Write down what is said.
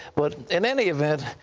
but, in any event,